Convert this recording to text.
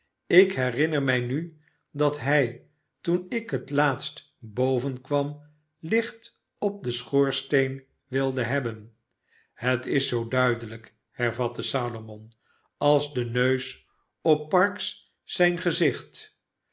ik herinner mij nu dat hij toen ik het iaatst boven kwam hcht op den schoorsteen wilde hebben het is zoo duidelijk hervatte salomon als de neus op parkes zijn gezicht